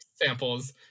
samples